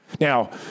Now